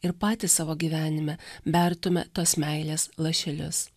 ir patys savo gyvenime bertume tos meilės lašelius